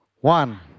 one